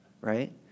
right